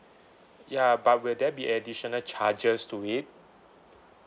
ya but will there be additional charges to it